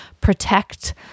protect